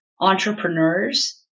entrepreneurs